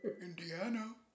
Indiana